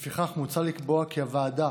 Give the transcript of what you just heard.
לפיכך, מוצע לקבוע כי הוועדה